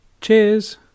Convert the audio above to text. Cheers